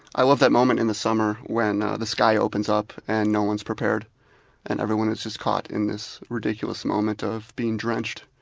i love that moment in the summer when ah the sky opens up and no one's prepared and everyone is just caught in this ridiculous moment of being drenched.